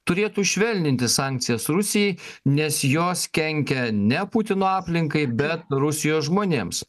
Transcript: turėtų švelninti sankcijas rusijai nes jos kenkia ne putino aplinkai bet rusijos žmonėms